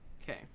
Okay